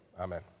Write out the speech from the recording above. amen